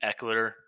Eckler